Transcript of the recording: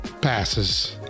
passes